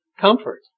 comfort